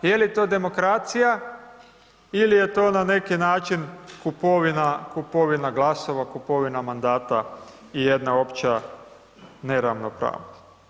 Je li to demokracija, ili je to na neki način kupovina, kupovina glasova, kupovina mandata i jedna opća neravnopravnost?